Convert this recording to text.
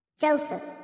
Joseph